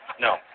No